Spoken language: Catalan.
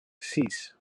sis